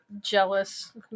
jealous